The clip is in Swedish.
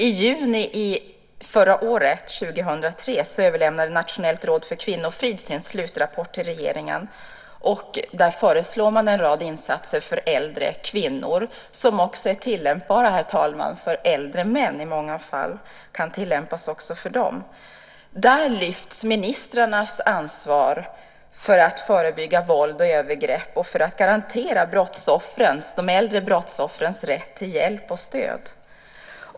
I juni förra året, 2003, överlämnade Nationella rådet för kvinnofrid sin slutrapport till regeringen. Där föreslår man en rad insatser för äldre kvinnor som också är tillämpbara för äldre män i många fall, herr talman. Där lyfts ministrarnas ansvar för att förebygga våld och övergrepp och för att garantera de äldre brottsoffrens rätt till hjälp och stöd.